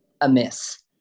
amiss